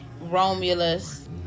Romulus